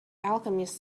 alchemist